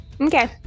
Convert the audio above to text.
Okay